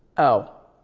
oh,